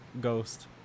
Ghost